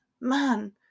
man